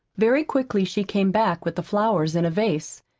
very quickly she came back, with the flowers in a vase.